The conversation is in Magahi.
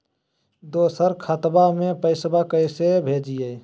दोसर खतबा में पैसबा कैसे भेजिए?